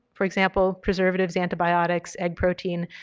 for example, preservatives, antibiotics, egg protein.